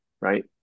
right